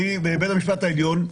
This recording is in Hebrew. בידי בית המשפט העליון,